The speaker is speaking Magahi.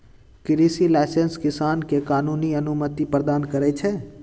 कृषि लाइसेंस किसान के कानूनी अनुमति प्रदान करै छै